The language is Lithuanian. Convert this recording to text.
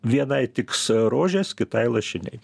vienai tiks rožės kitai lašiniai